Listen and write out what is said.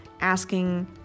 asking